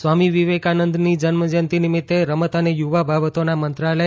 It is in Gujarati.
સ્વામી વિવેકાનંદની જન્મજયંતી નિમિત્તે રમત અને યુવા બાબતોનો મંત્રાલય